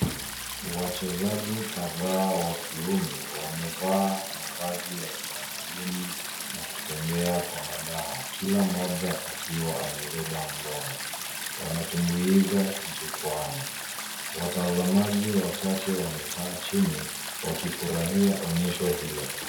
Wachezaji kadhaa wa kiume wamevaa mavazi ya kitamaduni na kutembea kwa madaha kila mmoja akiwa amebeba ngoma. Wanatumbuiza jukwaani. Watazamaji wachache wamekaa chini wakifurahia onyesho hilo.